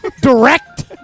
Direct